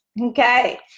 okay